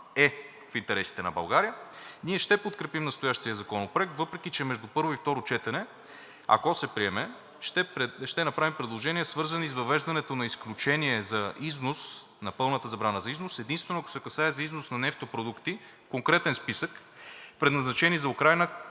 е в интересите на България, ние ще подкрепим настоящия Законопроект, въпреки че между първо и второ четене, ако се приеме, ще направим предложения, свързани с въвеждането на изключение на пълната забрана на износ единствено ако се касае за износ на нефтопродукти, конкретен списък, предназначени за Украйна,